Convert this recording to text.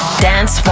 Dance